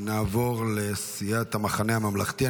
נעבור לסיעת המחנה הממלכתי.